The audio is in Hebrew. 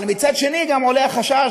אבל מצד שני גם עולה החשש,